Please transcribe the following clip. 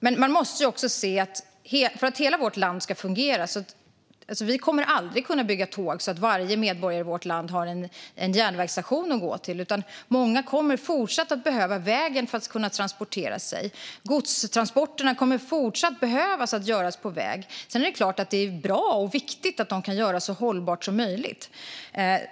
Men man måste också se att hela vårt land ska fungera. Vi kommer aldrig att kunna bygga tåg så att varje medborgare i vårt land har en järnvägsstation att gå till. Många kommer fortsatt att behöva vägen för att kunna transportera sig. Godstransporterna kommer även fortsättningsvis att behöva göras på väg. Sedan är det klart att det är bra och viktigt att de kan göras så hållbart som möjligt.